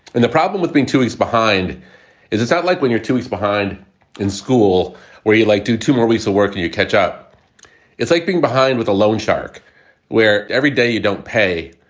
and the problem with being two weeks behind is it's not like when you're two weeks behind in school where you like to two more weeks of work, and you catch up it's like being behind with a loan shark where every day you don't pay,